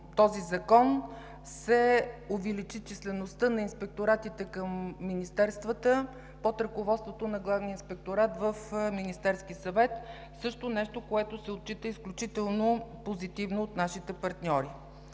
този закон се увеличи числеността на инспекторатите към министерствата под ръководството на Главния инспекторат в Министерския съвет. Това също се отчита изключително позитивно от нашите партньори.